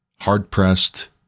hard-pressed